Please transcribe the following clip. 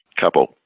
couple